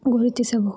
ಗುರುತಿಸಬಹುದು